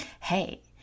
Hey